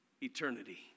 Eternity